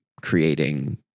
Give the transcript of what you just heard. creating